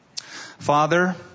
Father